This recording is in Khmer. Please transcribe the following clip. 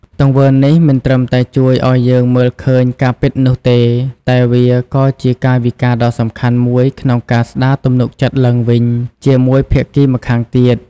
ទង្វើនេះមិនត្រឹមតែជួយឱ្យយើងមើលឃើញការពិតនោះទេ តែវាក៏ជាកាយវិការដ៏សំខាន់មួយក្នុងការស្ដារទំនុកចិត្តឡើងវិញជាមួយភាគីម្ខាងទៀត។